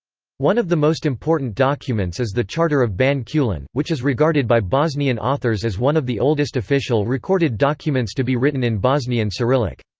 one of the most important documents is the charter of ban kulin, which is regarded by bosnian authors as one of the oldest official recorded documents to be written in bosnian cyrillic.